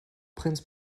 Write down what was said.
prinz